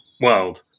world